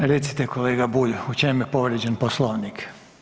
Recite kolega Bulj, u čem je povrijeđen Poslovnik?